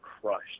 crushed